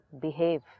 behave